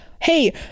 Hey